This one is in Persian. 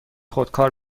خودکار